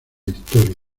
historia